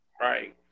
Right